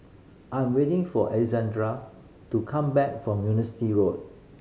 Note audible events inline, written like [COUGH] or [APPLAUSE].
I'm waiting for [UNINTELLIGIBLE] to come back from [UNINTELLIGIBLE] Road